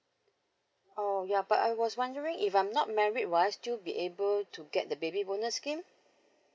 oh ya but I was wondering if I'm not married will I still be able to get the baby bonus scheme